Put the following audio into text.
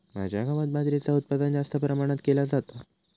माझ्या गावात बाजरीचा उत्पादन जास्त प्रमाणात केला जाता